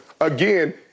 again –